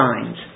signs